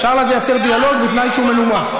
אפשר ליצור דיאלוג בתנאי שהוא מנומס.